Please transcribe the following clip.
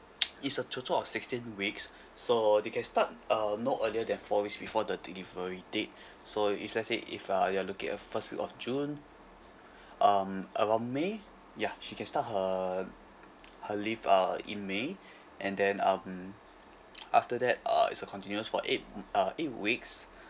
it's a total of sixteen weeks so they can start uh no earlier than four weeks before the delivery date so if let's say if uh you're looking at first week of june um around may ya she can start her her leave uh in may and then um after that uh it's a continuous for eight uh eight weeks